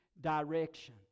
direction